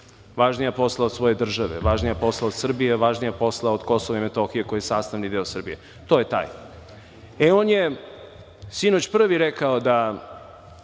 Važnija posla od svoje države, važnija posla od Srbije, važnija posla od Kosova i Metohije, koje je sastavni deo Srbije. To je taj.E, on je sinoć prvi rekao da